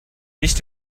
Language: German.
nicht